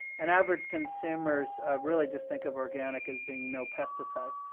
and average consumers really just think of organic as being no pesticides,